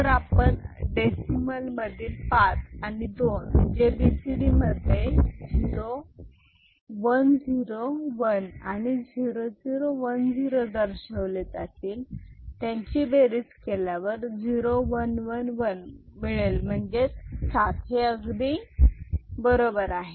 जर आपण डेसिमल मधील पाच आणि दोन जे बीसीडी मध्ये 0101 आणि 0010 दर्शवले जातील त्यांची बेरीज केल्यावर 0 1 1 1 मिळेल म्हणजेच 7 हे अगदी बरोबर आहे